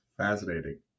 Fascinating